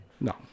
No